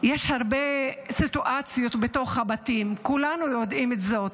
יש הרבה סיטואציות בתוך הבתים, כולנו יודעים זאת.